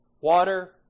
water